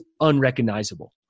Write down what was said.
unrecognizable